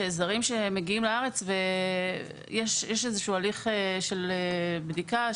שמגיעים לארץ יש איזה שהוא הליך של בדיקה,